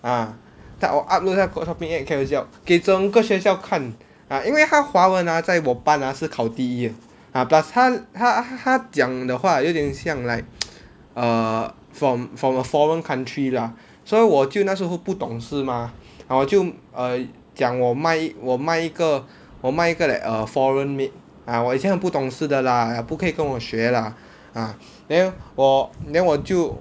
ah 他我 upload 他 shopping app Carousell 给整个学校看 ah 因为他华文 ah 在我班 ah 是考第一的 ah plus 他他他讲的话有点像 like err from from a foreign country lah so 我就那时候不懂事 mah 我就 err 讲我卖我卖一个我卖一个 like err foreign maid ah 我以前很不懂事的 lah !aiya! 不可以跟我学 lah ah then 我 then 我就